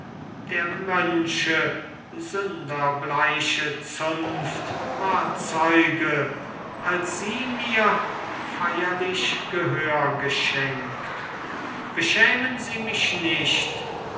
der mönche sünderbleiche zunft war zeuge als sie mir feierlich gehör geschenkt beschämen sie mich nicht